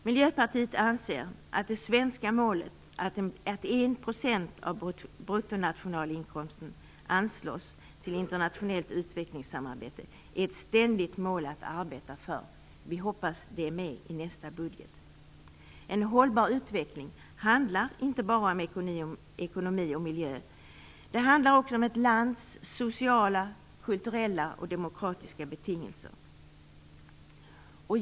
Miljöpartiet anser att det svenska målet, att 1 % av bruttonationalinkomsten anslås till internationellt utvecklingssamarbete, är ett ständigt mål att arbeta för. Vi hoppas att det är med i nästa budget. En hållbar utveckling handlar inte bara om ekonomi och miljö. Den handlar också om ett lands sociala, kulturella och demokratiska betingelser.